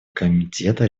комитета